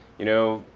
you know,